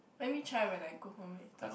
let me try when I go home later